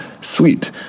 sweet